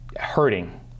hurting